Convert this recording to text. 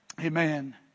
Amen